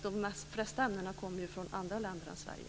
De flesta ämnena kommer ju från andra länder än Sverige.